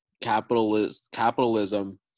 capitalism